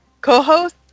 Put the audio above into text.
co-host